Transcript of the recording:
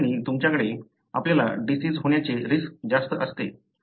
ज्या क्षणी तुमच्याकडे आहे आपल्याला डिसिज होण्याचे रिस्क जास्त असते